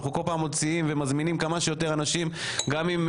אנחנו כל פעם מוציאים ומזמינים כמה שיותר אנשים ונשמעו